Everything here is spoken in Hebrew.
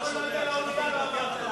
למה לא עלית לאונייה, לא אמרת לנו.